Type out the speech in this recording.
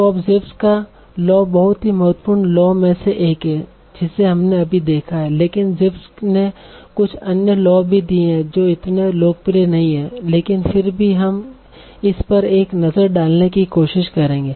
तो अब Zipf's का लॉ बहुत ही महत्वपूर्ण लॉ में से एक है जिसे हमने अभी देखा है लेकिन Zipf's ने कुछ अन्य लॉ भी दिए हैं जो इतने लोकप्रिय नहीं हैं लेकिन फिर भी हम इस पर एक नज़र डालने की कोशिश करेंगे